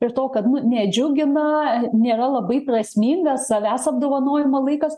ir to kad nu nedžiugina nėra labai prasmingas savęs apdovanojimo laikas